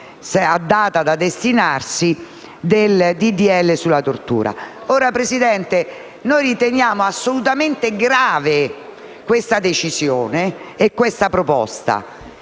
Presidente, noi riteniamo assolutamente grave la decisione presa e la proposta